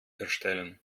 erstellen